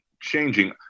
changing